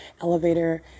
elevator